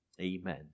Amen